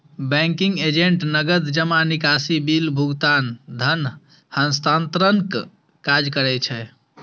banking agent नकद जमा, निकासी, बिल भुगतान, धन हस्तांतरणक काज करै छै